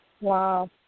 Wow